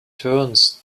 turns